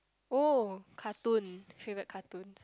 oh cartoon favourite cartoon